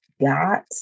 got